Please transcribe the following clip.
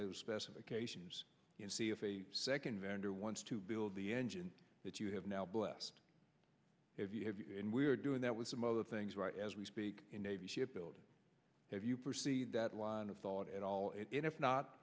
the specifications and see if a second vendor wants to build the engine that you have now blessed if you have and we're doing that with some other things right as we speak in navy ship building if you perceive that line of thought at all if not